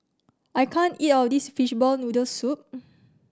I can't eat all of this fishball noodle soup